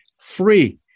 free